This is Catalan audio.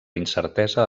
incertesa